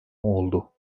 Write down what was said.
oldu